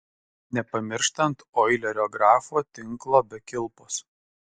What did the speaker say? nepamirštant oilerio grafo tinklo be kilpos